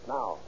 Now